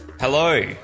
Hello